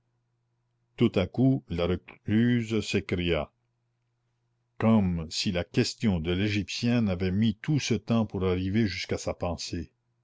tout à coup la recluse s'écria comme si la question de l'égyptienne avait mis tout ce temps pour arriver jusqu'à sa pensée